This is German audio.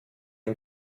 ein